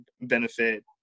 benefit